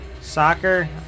Soccer